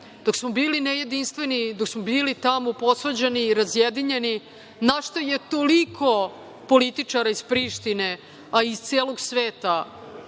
Dok smo bili nejedinstveni, dok smo bili tamo posvađani i razjedinjeni, na šta je toliko političara iz Prištine, a i iz celog sveta